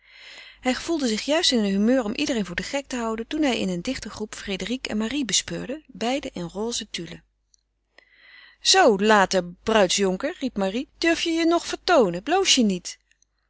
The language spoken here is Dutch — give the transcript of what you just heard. hij gevoelde zich juist in een humeur om iedereen voor den gek te houden toen hij in een dichten groep frédérique en marie bespeurde beide in roze tulle zoo late bruidsjonker riep marie durf je je nog vertoonen bloos je niet